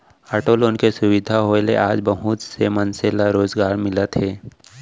auto loan के सुबिधा होए ले आज बहुत से मनसे ल रोजगार मिलत हे